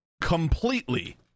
completely